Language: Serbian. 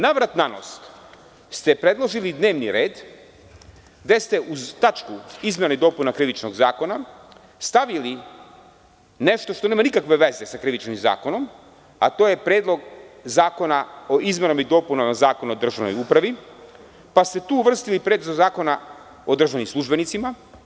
Navrat-nanos ste predložili dnevni red, gde ste uz tačku izmena i dopuna Krivičnog zakona stavili nešto što nema nikakve veze sa Krivičnim zakonom, a to je Predlog zakona o izmenama i dopunama Zakona o državnoj upravi, pa ste tu uvrstili Predlog zakona o državnim službenicima.